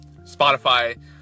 Spotify